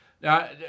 Now